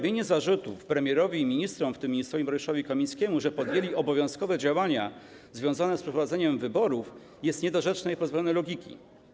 Stawianie zarzutów premierowi i ministrom, w tym ministrowi Mariuszowi Kamińskiemu, że podjęli obowiązkowe działania związane z przeprowadzeniem wyborów, jest niedorzeczne i pozbawione logiki.